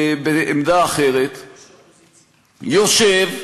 בעמדה אחרת, יושב,